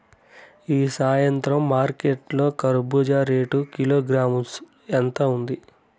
ఈ సాయంత్రం మార్కెట్ లో కర్బూజ రేటు కిలోగ్రామ్స్ ఎంత ఉంది?